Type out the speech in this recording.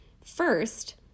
First